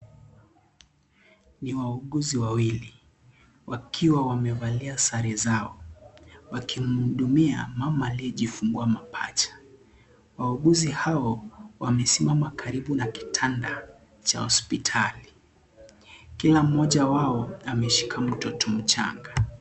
Ni wauguzi wawili wakiwa wamevalia sare zao wakimhudumia mama aliyejifungua mapacha, wauguzi hao wamesimama karibu na kitanda cha hospitali, kila mmoja wao ameshika mtoto mchanga.